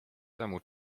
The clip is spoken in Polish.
temu